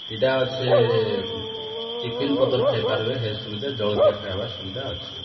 ଇଟା ଅଛେ ଟିଫିନ୍ ପତର୍ ଖାଇ ପାର୍ବେ ହେ ସୁବିଧା ଜଳଖିଆ ଖାଇବାର୍ ସୁବିଧା ଅଛେ